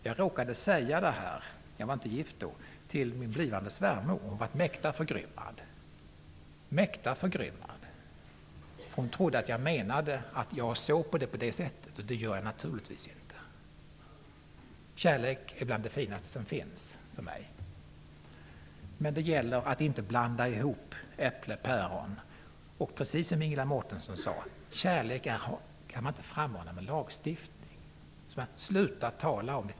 Jag råkade säga detta -- jag var inte gift då -- till min blivande svärmor, och hon blev mäkta förgrymmad. Hon trodde att jag menade att jag såg det på det sättet, och det gör jag naturligtvis inte. Kärlek är bland det finaste som finns för mig. Men det gäller att inte blanda ihop äpplen och päron. Det är precis som Ingela Mårtensson sade: Kärlek kan man inte frammana med lagstiftning. Sluta att tala om det!